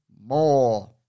more